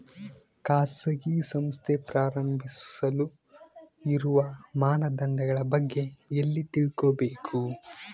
ಖಾಸಗಿ ಸಂಸ್ಥೆ ಪ್ರಾರಂಭಿಸಲು ಇರುವ ಮಾನದಂಡಗಳ ಬಗ್ಗೆ ಎಲ್ಲಿ ತಿಳ್ಕೊಬೇಕು?